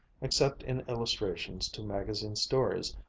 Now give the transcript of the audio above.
except in illustrations to magazine-stories,